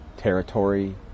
Territory